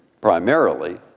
primarily